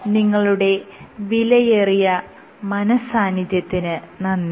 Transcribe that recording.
നിങ്ങളുടെ വിലയേറിയ മനഃസാന്നിധ്യത്തിന് നന്ദി